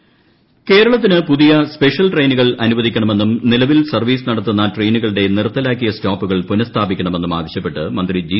സുധാകരൻ കേരളത്തിന് ട്രെയിനുകൾ അനുവദിക്കണമെന്നും നിലവിൽ സർവീസ് നടത്തുന്ന ട്രെയിനുകളുടെ നിർത്തലാക്കിയ സ്റ്റോപ്പുകൾ പുനസ്ഥാപിക്കണ മെന്നും ആവശ്യപ്പെട്ട് മന്ത്രി ജി